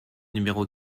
numéro